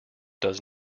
does